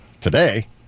Today